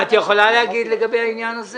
את יכולה להגיד לגבי העניין הזה